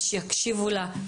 ושיקשיבו לה,